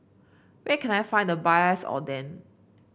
where can I find the Oden